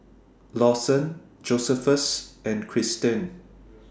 Lawson Josephus and Christen